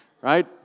right